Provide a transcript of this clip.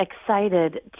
excited